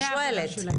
זה התפקיד שלהם.